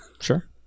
Sure